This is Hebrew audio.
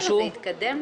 זה התקדם?